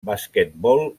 basquetbol